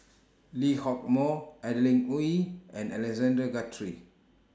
Lee Hock Moh Adeline Ooi and Alexander Guthrie